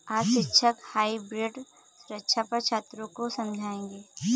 आज शिक्षक हाइब्रिड सुरक्षा पर छात्रों को समझाएँगे